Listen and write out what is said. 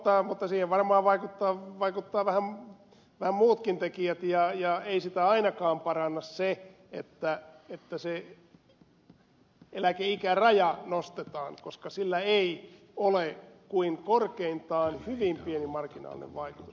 joo mutta siihen varmaan vaikuttaa vähän muutkin tekijät ja ei sitä ainakaan paranna se että se eläkeikäraja nostetaan koska sillä ei ole kuin korkeintaan hyvin pieni marginaalinen vaikutus